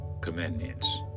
commandments